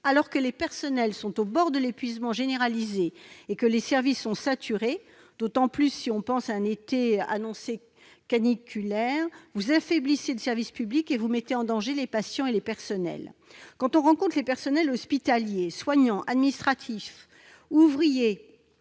Alors que les personnels sont au bord de l'épuisement généralisé et que les services sont saturés- ils risquent de l'être encore plus si l'été est, comme cela est annoncé, caniculaire -, vous affaiblissez le service public et mettez en danger les patients et les personnels. Quand on rencontre les personnels hospitaliers- soignants, administratifs, ouvriers,